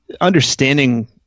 understanding